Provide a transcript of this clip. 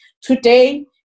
Today